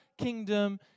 kingdom